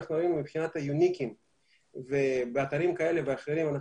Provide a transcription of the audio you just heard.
שאנחנו ראינו מבחינת היוניקים באתרים כאלה ואחרים אנחנו